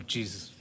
Jesus